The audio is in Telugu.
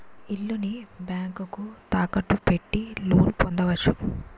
ఇల్లుని బ్యాంకుకు తాకట్టు పెట్టి లోన్ పొందవచ్చు